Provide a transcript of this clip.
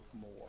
more